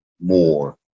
more